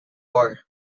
war